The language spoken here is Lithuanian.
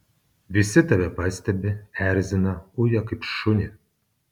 visi tave pastebi erzina uja kaip šunį